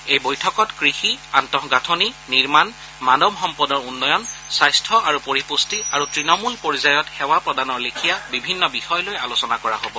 এই বৈঠকত কৃষি আন্তঃগাঁথনি নিৰ্মণ মানৱ সম্পদৰ উন্নয়ন স্বাস্থ্য আৰু পৰিপুষ্টি আৰু তৃণমূল পৰ্যায়ত সেৱা প্ৰদানৰ লেখীয়া বিভিন্ন বিষয় লৈ আলোচনা কৰা হব